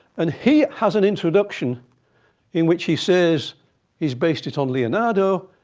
and he has an introduction in which he says he's based it on leonardo.